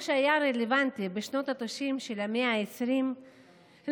מה שהיה רלוונטי בשנות התשעים של המאה ה-20 לא